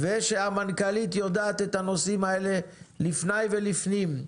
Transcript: -- ושהמנכ"לית יודעת את הנושאים האלה לפני ולפנים.